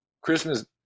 Christmas